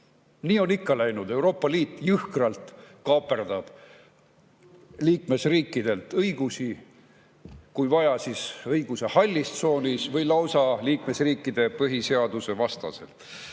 Nii on ikka läinud. Euroopa Liit jõhkralt kaaperdab liikmesriikidelt õigusi – kui vaja, siis õiguse hallis tsoonis või lausa liikmesriikide põhiseaduse vastaselt.